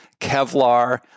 Kevlar